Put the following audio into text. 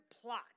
plot